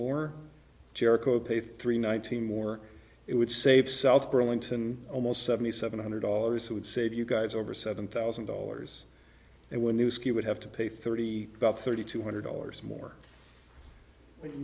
more jericho pay three nineteen more it would save south burlington almost seventy seven hundred dollars would save you guys over seven thousand dollars and when you ski would have to pay thirty about thirty two hundred dollars more when